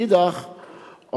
מאידך גיסא,